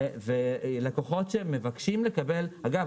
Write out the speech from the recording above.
אגב,